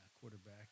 quarterback